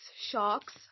sharks